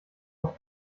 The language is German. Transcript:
auch